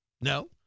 No